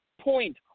point